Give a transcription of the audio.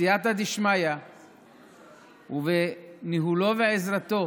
בסייעתא דשמיא ובניהולו ועזרתו